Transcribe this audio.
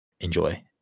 enjoy